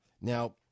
Now